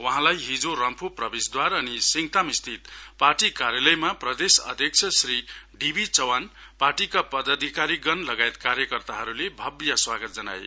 वहाँलाई हिजो रम्फू प्रवेशद्वार अनि सिंगताम स्थित पार्टी कार्यालयमा प्रदेश अध्यक्ष श्री डीबी चौहान पार्टीका पदाधिकारीगण लगायत कार्यकर्ताहरूले भव्य स्वागत जनाए